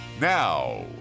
Now